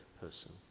person